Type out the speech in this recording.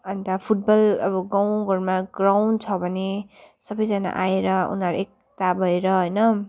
अन्त फुटबल अब गाउँघरमा ग्राउन्ड छ भने सबैजना आएर उनीहरू एकता भएर होइन